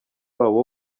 wabo